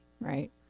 right